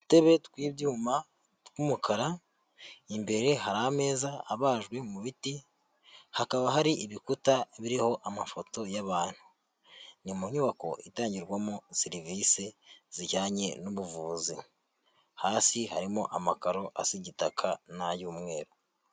Dutebe tw'ibyuma tw'umukara imbere hari ameza abajwe mu biti hakaba hari ibikuta biriho amafoto y'abantu, ni mu nyubako itangirwamo serivisi zijyanye n'ubuvuzi, hasi harimo amakaro asa igitaka n'ay'umweru.